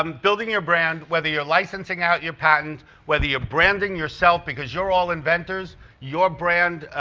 um building your brand whether your licensing out your patents whether you're branding yourself because you're all inventors your brand